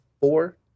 four